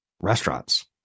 restaurants